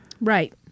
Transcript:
right